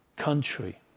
country